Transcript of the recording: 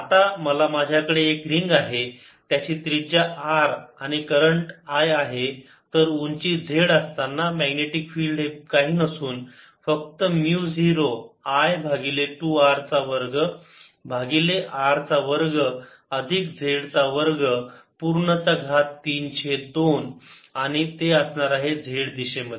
आता मला माझ्याकडे एक रिंग आहे त्याची त्रिज्या r आणि करंट I आहे तर उंची z असताना मॅग्नेटिक फिल्ड हे काही नसून फक्त म्यु 0 I भागिले 2 r चा वर्ग भागिले r चा वर्ग अधिक z चा वर्ग पूर्ण चा घात 3 छेद 2 आणि ते असणार आहे z दिशेमध्ये